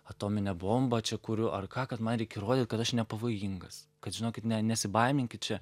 atominę bombą čia kuriu ar ką kad man reik įrodyt kad aš nepavojingas kad žinokit ne nesibaiminkit čia